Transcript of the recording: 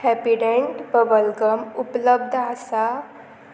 Happydent bubble gum उपलब्ध आसा